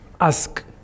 ask